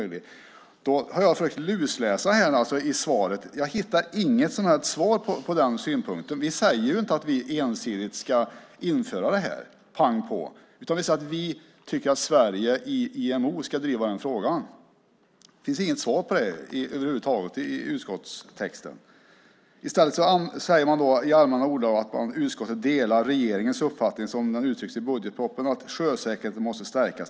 Jag har lusläst i svaret. Jag hittar inget som helst svar på den synpunkten. Vi säger inte att vi ensidigt ska införa det här pang på. Vi tycker att Sverige i IMO ska driva den frågan. Det finns inget svar på det över huvud taget i utskottstexten. I stället säger man i allmänna ordalag att utskottet delar regeringens uppfattning som den uttrycks i budgetpropositionen att sjösäkerheten måste stärkas.